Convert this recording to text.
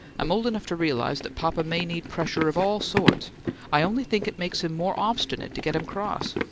i'm old enough to realize that papa may need pressure of all sorts i only think it makes him more obstinate to get him cross.